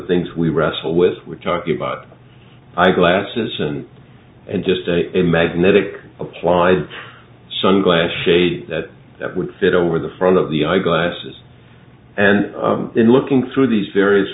things we wrestle with we're talking about eyeglasses and and just a magnetic applied sunglass shade that that would fit over the front of the eyeglasses and then looking through these various